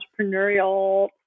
entrepreneurial